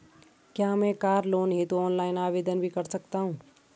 क्या मैं car loan हेतु ऑनलाइन आवेदन भी कर सकता हूँ?